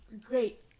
Great